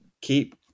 keep